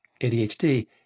ADHD